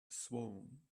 swollen